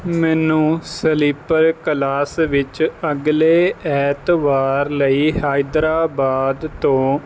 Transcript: ਮੈਨੂੰ sleeper class ਵਿੱਚ ਅਗਲੇ ਐਤਵਾਰ ਲਈ ਹੈਦਰਾਬਾਦ ਤੋਂ